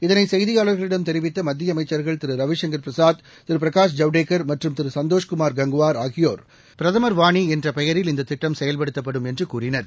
இதனை செய்தியாளர்களிடம் தெரிவித்த மத்திய அமைச்சர்கள் திரு ரவிசங்கர் பிரசாத் திரு பிரகாஷ் ஜவ்டேகர் மற்றும் திரு சந்தோஷ் குமார் கங்குவார் பிரதமர் வாணி என்ற பெயரில் இந்த திட்டம் செயல்படுத்தப்படும் என்று கூறினர்